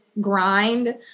grind